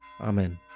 Amen